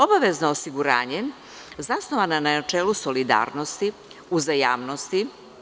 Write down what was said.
Obavezno osiguranje zasnovano je na načelu solidarnosti, uzajamnosti.